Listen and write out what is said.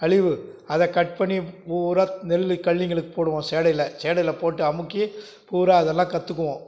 அழிவு அதை கட் பண்ணி பூரா நெல்லு கல்லிங்களுக்கு போடுவோம் சேடையில் சேடையில் போட்டு அமுக்கி பூரா அதெல்லாம் கற்றுக்குவோம்